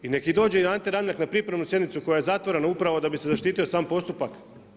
Nek i dođe i Ante Ramljak na pripremljenu sjednicu koja je zatvorena, upravo da bi se zaštitio sam postupak.